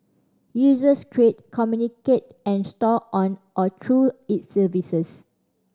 users create communicate and store on or through its services